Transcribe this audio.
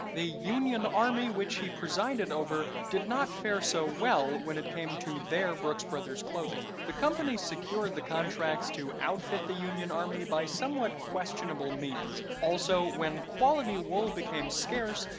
the union army which he presided over did not fair so well when it came to their brooks brothers clothing. the company secured the contracts to outfit the union army by somewhat questionable means. also, when quality wool became scarce,